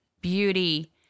beauty